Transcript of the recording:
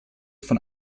von